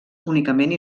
únicament